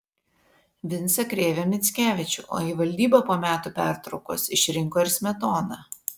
vincą krėvę mickevičių o į valdybą po metų pertraukos išrinko ir smetoną